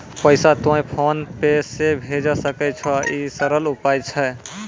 पैसा तोय PhonePe से भैजै सकै छौ? ई सरल उपाय छै?